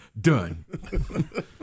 Done